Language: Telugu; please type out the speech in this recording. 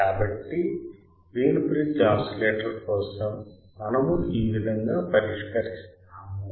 కాబట్టి వీన్ బ్రిడ్జ్ ఆసిలేటర్ కోసం మనము ఈ విధంగా పరిష్కరిస్తాము